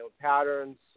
patterns